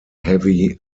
heavy